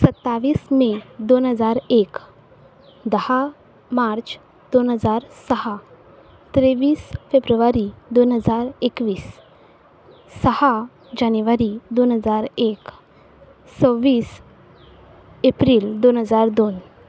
सत्तावीस मे दोन हजार एक धा मार्च दोन हजार स तेवीस फेब्रुवारी दोन हजार एकवीस स जानेवारी दोन हजार एक सव्वीस एप्रील दोन हजार दोन